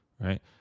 right